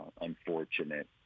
unfortunate